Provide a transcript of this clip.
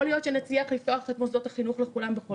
יכול להיות שנצליח לפתוח את מוסדות החינוך לכולם בכל מקרה.